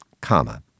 comma